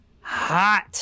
hot